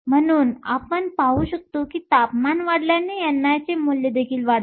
म्हणून आपण पाहू शकतो की तापमान वाढल्याने ni चे मूल्य देखील वाढते